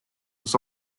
has